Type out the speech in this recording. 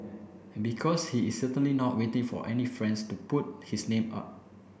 because he is certainly not waiting for any friends to put his name up